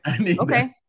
Okay